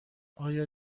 آیا